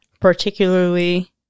Particularly